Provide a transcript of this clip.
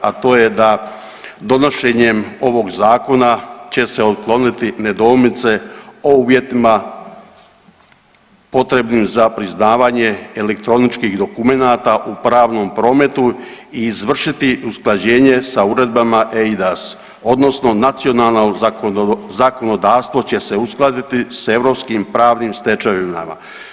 A to je da donošenjem ovog zakona će se otkloniti nedoumice o uvjetima potrebnim za priznavanje elektroničkih dokumenata u pravnom prometu i izvršiti usklađenje sa Uredbama EIDAS odnosno nacionalno zakonodavstvo će se uskladiti s europskim pravnim stečevinama.